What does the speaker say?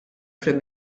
prim